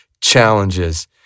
challenges